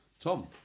Tom